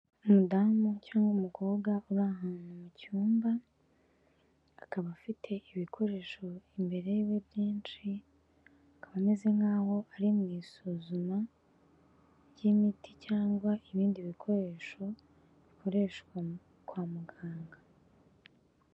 Umudamu cyangwa umukobwa uri ahantu mu cyumba, akaba afite ibikoresho imbere y'iwe byinshi, akaba ameze nk'aho ari mu isuzuma ry'imiti cyangwa ibindi bikoresho, bikoreshwa kwa muganga.